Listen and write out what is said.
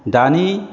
दानि